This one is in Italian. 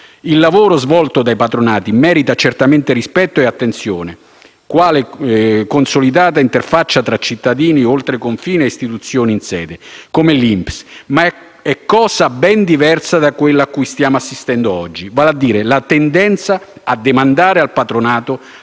Il lavoro svolto dai patronati merita certamente rispetto e attenzione quale consolidata interfaccia tra cittadini oltre confine e istituzioni in sede, come l'INPS. Ma è cosa ben diversa da quello a cui stiamo assistendo oggi, vale a dire la tendenza a demandare al patronato